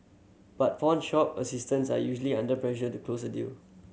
but pawnshop assistants are usually under pressure to close a deal